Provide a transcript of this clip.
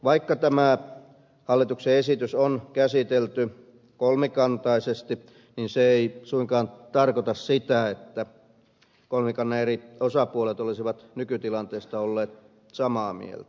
vaikka tämä hallituksen esitys on käsitelty kolmikantaisesti se ei suinkaan tarkoita sitä että kolmikannan eri osapuolet olisivat nykytilanteesta olleet samaa mieltä